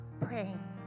praying